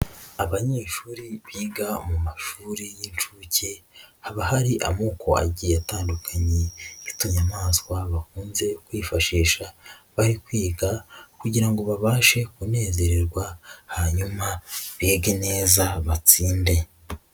Abanyeshuri biga mu mashuri y'inshuke, haba hari amoko agiye atandukanye y'utunyamanswa bakunze kwifashisha, bari kwiga kugira ngo babashe kunezererwa, hanyuma bige neza, batsinde.